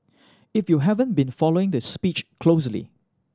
if you haven't been following the speech closely